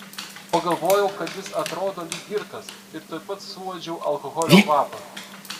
pagalvojau kad jis atrodo lyg girtas ir tuoj pat suuodžiau alkoholio kvapą